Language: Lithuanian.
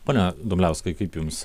pone dumbliauskai kaip jums